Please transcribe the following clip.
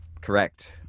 Correct